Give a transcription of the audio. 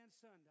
Sunday